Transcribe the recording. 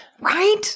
Right